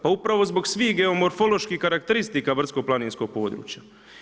Pa upravo zbog svih geomorfoloških karakteristika brdsko-planinskog područja.